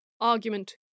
Argument